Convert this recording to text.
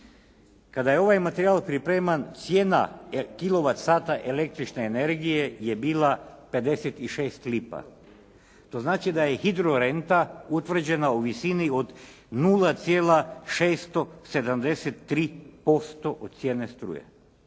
Kada je ovaj materijal pripreman cijena kilovat sata električne energije je bila 56 lipa. To znači da je hidrorenta utvrđena u visini od 0,673% od cijene struje,